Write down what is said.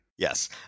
Yes